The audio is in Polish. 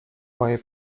moje